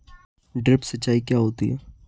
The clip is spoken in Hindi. ड्रिप सिंचाई क्या होती हैं?